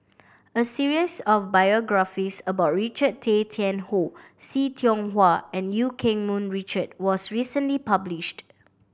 a series of biographies about Richard Tay Tian Hoe See Tiong Wah and Eu Keng Mun Richard was recently published